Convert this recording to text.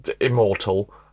immortal